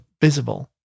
visible